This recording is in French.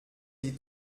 les